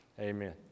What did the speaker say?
Amen